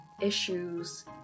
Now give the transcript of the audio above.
issues